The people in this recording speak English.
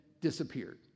disappeared